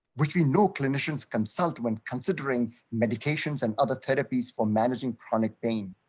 which we know clinicians consultant considering medications and other therapies for managing chronic pain.